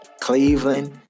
Cleveland